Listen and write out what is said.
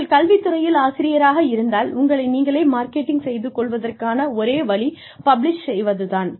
நீங்கள் கல்வி துறையில் ஆசிரியராக இருந்தால் உங்களை நீங்களே மார்க்கெட்டிங் செய்து கொள்வதற்கான ஒரே வழி பப்ளிஷ் செய்வது தான்